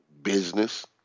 business